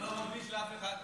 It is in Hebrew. לא מקדיש לאף אחד.